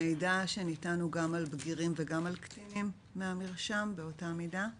המידע שניתן הוא גם על בגירים וגם על קטינים מהמרשם באותה מידה?